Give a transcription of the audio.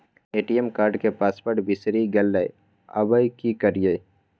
ATM card के password बिसरि गेलियै आबय की करियै?